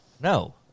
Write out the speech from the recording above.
No